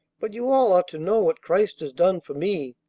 but you all ought to know what christ has done for me.